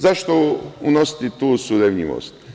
Zašto unositi tu surevnjivost?